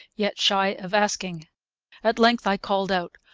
yet shy of asking at length i called out,